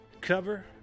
cover